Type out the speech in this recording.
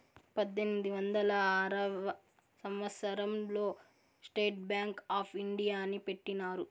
పద్దెనిమిది వందల ఆరవ సంవచ్చరం లో స్టేట్ బ్యాంక్ ఆప్ ఇండియాని పెట్టినారు